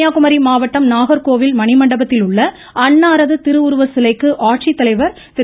கன்னியாகுமரி மாவட்டம் நாகர்கோவில் மணிமண்டபத்திலுள்ள அன்னாரது திருவுருவ சிலைக்கு ஆட்சித்தலைவர் திரு